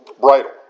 bridle